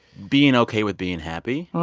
being ok with being happy.